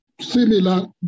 similar